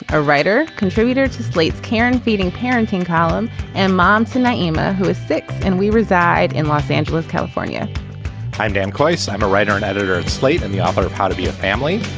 a writer contributor to slate. karen feting parenting column and mom. tonight, emma, who is sick and we reside in los angeles, california time dan kleiss. i'm a writer and editor at slate and the author of how to be a family.